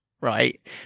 right